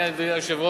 אני, אדוני היושב-ראש,